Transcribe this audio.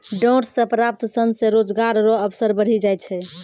डांट से प्राप्त सन से रोजगार रो अवसर बढ़ी जाय छै